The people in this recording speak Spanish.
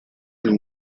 del